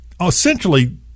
essentially